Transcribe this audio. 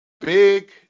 Big